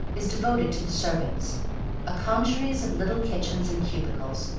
is devoted to the servants a congeries of little kitchens and cubicles,